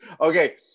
okay